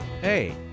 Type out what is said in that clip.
Hey